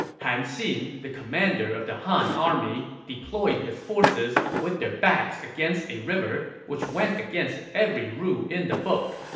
han xin, the commander of the han army deployed his forces with their backs against a river, which went against every rule in the book.